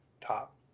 top